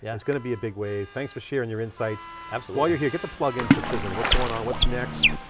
yeah going to be a big wave. thanks for sharing your insights. absolutely you're here, get the plug in for cision. what's going on, what's next?